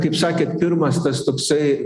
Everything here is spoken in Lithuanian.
kaip sakėt pirmas tas toksai